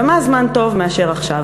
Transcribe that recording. ומה זמן טוב מאשר עכשיו?